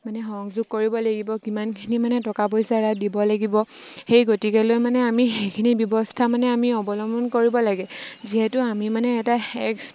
মানে সংযোগ কৰিব লাগিব কিমানখিনি মানে টকা পইচা এটা দিব লাগিব সেই গতিকেলৈ মানে আমি সেইখিনি ব্যৱস্থা মানে আমি অৱলম্বন কৰিব লাগে যিহেতু আমি মানে এটা এক্স